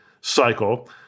cycle